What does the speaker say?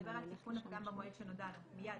מדבר על תיקון הפגם במועד שנודע לו, מייד